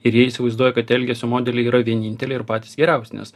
ir jie įsivaizduoja kad elgesio modeliai yra vieninteliai ir patys geriausi nes